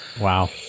Wow